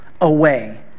away